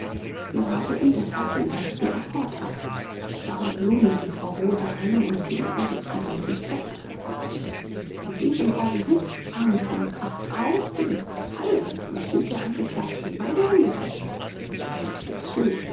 wir warteten deshalb den ersten apport ab es waren blumen die frau rothe einem uns gegenübersitzenden berichterstatter überreichte in diesem augenblick sprang v kracht auf rief halt und hielt der angeklagten beide hände fest ich eilte hinzu